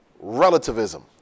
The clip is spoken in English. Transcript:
relativism